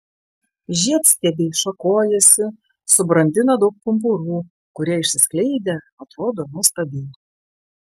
žiedstiebiai šakojasi subrandina daug pumpurų kurie išsiskleidę atrodo nuostabiai